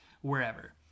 wherever